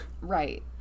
Right